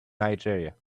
nigeria